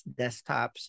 desktops